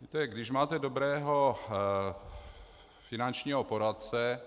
Víte, když máte dobrého finančního poradce,